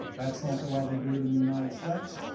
that's not the way they do it in the united states.